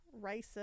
racist